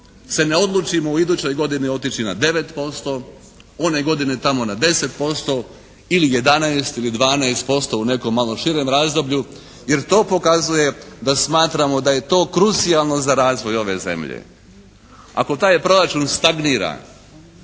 se ne odlučimo u idućoj godini otići na 9%, one godine tamo na 10% ili 11 ili 12% u nekom malo širem razdoblju, jer to pokazuje da smatramo da je to krucijalno za razvoj ove zemlje. Ako taj proračun stagnira